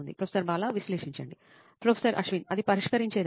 professor Bala విశ్లేషించండి professor Ashwin అది పరిష్కరించే దశ